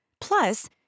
Plus